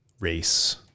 race